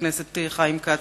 הכנסת חיים כץ,